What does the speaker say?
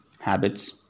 habits